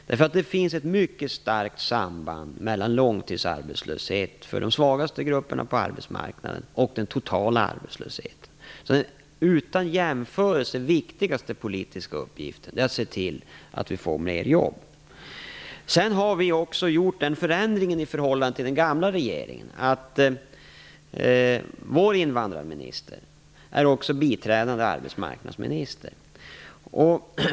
Det finns ett mycket starkt samband mellan långtidsarbetslöshet för de svagaste grupperna på arbetsmarknaden och den totala arbetslösheten. Den utan jämförelse viktigaste politiska uppgiften är att se till att det blir fler jobb. I förhållande till den gamla regeringen har vi också gjort den förändringen att vår invandrarminister även är biträdande arbetsmarknadsminister.